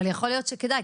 אבל יכול להיות שכדאי,